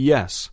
Yes